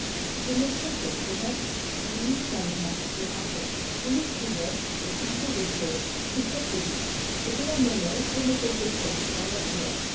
je nfe sais quel commerce liait calvat et ravet on les trouvait échangeant des choses qu'ils cachaient vite et de la monnaie sonnait quelquefois dans leurs doigts